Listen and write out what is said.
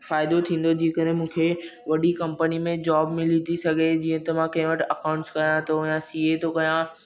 फ़ाइदो थींदो जेकरे मूंखे वॾी कम्पनी में जॉब मिली थी सघे जीअं त मां कंहिं वटि अकाउंट्स कया थो या सी ए थो कया